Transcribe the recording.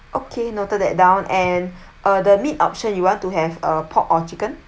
okay noted that down and uh the meat option you want to have a pork or chicken